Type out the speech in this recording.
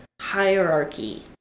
hierarchy